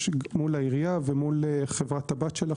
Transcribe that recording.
יש מול העירייה ומול חברת הבת שלה,